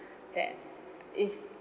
that it's